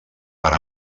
per